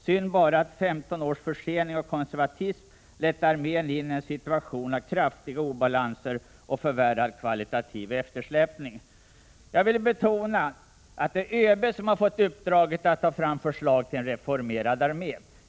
Synd bara att 15 års försening och konservatism har lett armén in i en situation av kraftiga obalanser och förvärrad kvalitativ eftersläpning. Jag vill betona att det är ÖB som fått uppdraget att ta fram förslag till en reformerad armé.